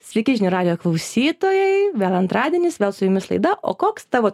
sveiki žinių radijo klausytojai vėl antradienis vėl su jumis laida o koks tavo